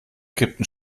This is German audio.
kippten